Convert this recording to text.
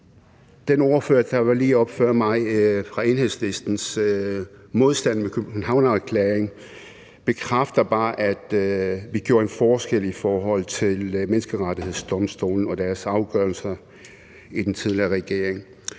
den ordfører, der var heroppe lige før mig, bekræfter bare, at vi gjorde en forskel i forhold til Menneskerettighedsdomstolen og deres afgørelser i den tidligere regering.